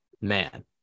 man